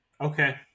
Okay